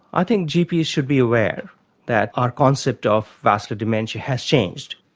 i think gps should be aware that our concept of vascular dementia has changed,